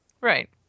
Right